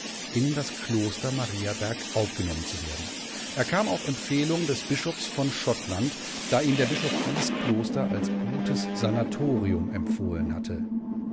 in das kloster mariaberg aufgenommen zu werden er kam auf empfehlung des bischofs von schottland da ihm der bischof dies kloster als gutes sanatorium empfohlen hatte